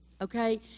okay